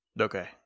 Okay